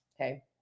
Okay